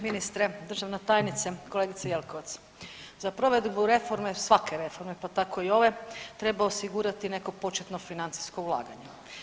Ministre, državna tajnice, kolegice Jelkovac, za provedbu reforme svake reforme pa tako i ove treba osigurati neko početno financijsko ulaganje.